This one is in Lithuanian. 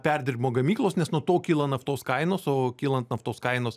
perdirbimo gamyklos nes nuo to kyla naftos kainos o kylant naftos kainos